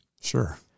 Sure